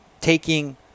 taking